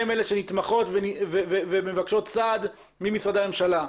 הן אלה שנתמכות ומבקשות סעד ממשרדי הממשלה.